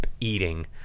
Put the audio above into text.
Eating